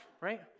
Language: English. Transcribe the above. right